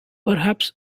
perhaps